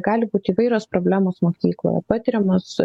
gali būti įvairios problemos mokykloje patiriamos